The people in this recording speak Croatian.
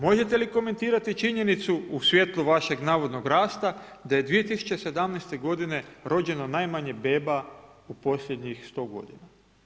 Možete li komentirati činjenicu u svjetlu vašeg navodnog rasta, da je 2017. godine rođeno najmanje beba u posljednjih 100 godina.